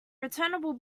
returnable